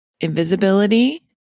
invisibility